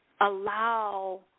Allow